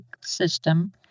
system